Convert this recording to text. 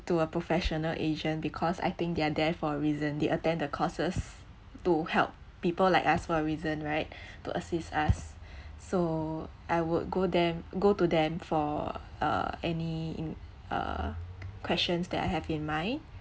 to a professional agent because I think they are there for reason they attend the courses to help people like us for a reason right to assist us so I would go them go to them for uh any in~ uh questions that I have in mind